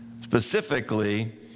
Specifically